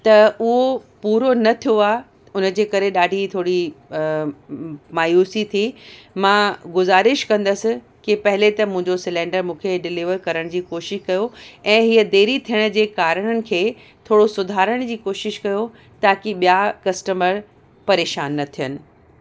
त उहो पूरो न थियो आहे उनजे करे ॾाढी थोरी मायूसी थी मां गुज़ारिश कंदसि कि पहले त मुंहिंजो सिलेंडर मूंखे डिलीवर करण जी कोशिश कयो ऐं हीअ देरी थियण जे कारण खे थोरो सुधारण जी कोशिश कयो ताकि ॿिया कस्टमर परेशान न थियनि